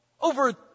over